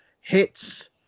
hits